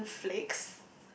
golden flakes